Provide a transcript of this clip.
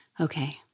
Okay